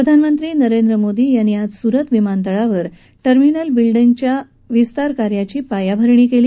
प्रधानमंत्री नरेंद्र मोदी यांनी आज सुरत विमानतळावर टर्मिनल बिल्डिंगच्या विस्तारकार्याची पायाभरणी केली